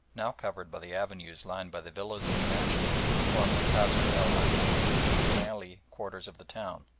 now covered by the avenues lined by the villas and mansions that form the kasr el aini and ismailia quarters of the town.